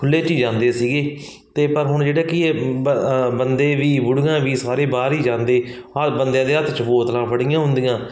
ਖੁੱਲੇ 'ਚ ਹੀ ਜਾਂਦੇ ਸੀਗੇ ਅਤੇ ਪਰ ਹੁਣ ਜਿਹੜਾ ਕਿ ਇਹ ਬੰਦੇ ਵੀ ਬੁੜੀਆਂ ਵੀ ਸਾਰੇ ਬਾਹਰ ਹੀ ਜਾਂਦੇ ਹਰ ਬੰਦਿਆਂ ਦੇ ਹੱਥ 'ਚ ਬੋਤਲਾਂ ਫੜੀਆਂ ਹੁੰਦੀਆਂ